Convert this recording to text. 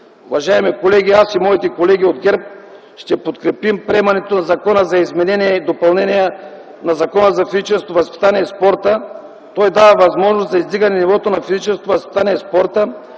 Уважаеми колеги, аз и моите колеги от ГЕРБ ще подкрепим приемането на Закона за изменение и допълнение на Закона за физическото възпитание и спорта. Той дава възможност за издигане нивото на физическото възпитание и спорта,